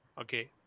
Okay